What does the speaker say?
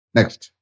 Next